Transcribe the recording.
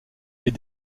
est